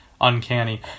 uncanny